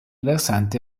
versante